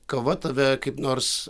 kava tave kaip nors